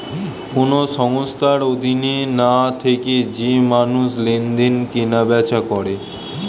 কোন সংস্থার অধীনে না থেকে যে মানুষ লেনদেন, কেনা বেচা করে